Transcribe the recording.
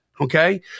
Okay